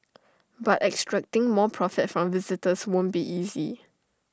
but extracting more profit from visitors won't be easy